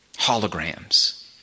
holograms